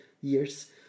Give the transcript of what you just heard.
years